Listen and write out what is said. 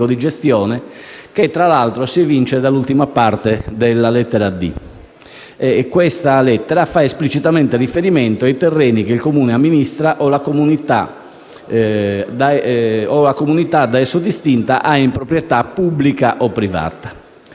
di gestione, che, tra l'altro, si evince dall'ultima parte della lettera *d)*. Questa lettera fa esplicitamente riferimento ai terreni che il Comune amministra o che la comunità da esso distinta ha in proprietà pubblica o privata.